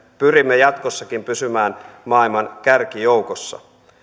pyrimme jatkossakin pysymään maailman kärkijoukossa